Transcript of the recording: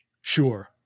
Sure